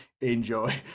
enjoy